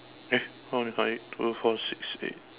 eh count again count again two four six eight